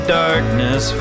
darkness